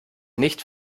nicht